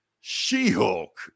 she-hulk